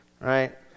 right